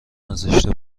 نذاشته